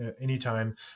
anytime